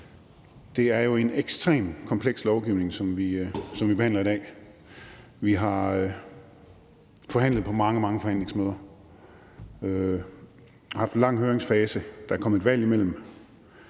Det er jo en ekstremt kompleks lovgivning, vi behandler i dag. Vi har forhandlet på mange, mange forhandlingsmøder; vi har haft en lang høringsfase; der er kommet et valg imellem;